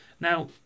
Now